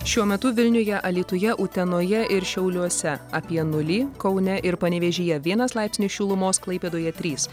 šiuo metu vilniuje alytuje utenoje ir šiauliuose apie nulį kaune ir panevėžyje vienas laipsnis šilumos klaipėdoje trys